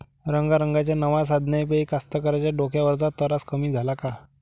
रंगारंगाच्या नव्या साधनाइपाई कास्तकाराइच्या डोक्यावरचा तरास कमी झाला का?